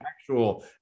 actual